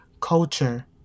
Culture